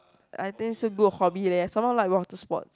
I think is a good hobby leh someone I like water sports